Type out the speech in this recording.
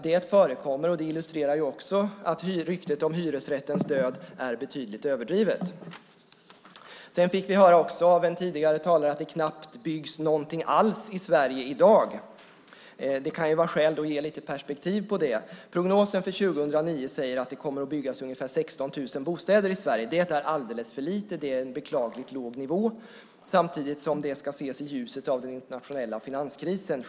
Det förekommer, och det illustrerar också att ryktet om hyresrättens död är betydligt överdrivet. Vi fick också höra av en tidigare talare att det knappt byggs någonting alls i Sverige i dag. Det kan då finnas skäl att ge lite perspektiv på det. Prognosen för 2009 säger att det kommer att byggas ungefär 16 000 bostäder i Sverige. Det är alldeles för lite. Det är en beklagligt låg nivå, samtidigt som det självfallet ska ses i ljuset av den internationella finanskrisen.